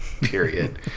period